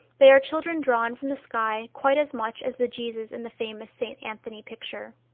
they are children drawn from the sky quite as much as the jesus in the famous st. anthony picture.